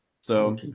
So-